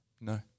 No